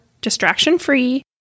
distraction-free